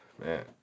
man